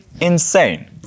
insane